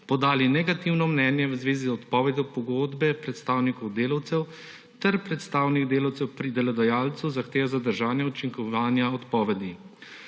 podali negativno mnenje v zvezi z odpovedjo pogodbe predstavnikov delavcev ter predstavnik delavcev pri delodajalcu zahteva zadržanje učinkovanja odpovedi.